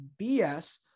BS